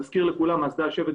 גלילי.